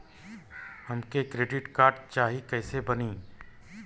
हमके credit card चाही कैसे बनी?